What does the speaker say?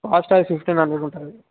fast track fifteen hundred ఉంటుంది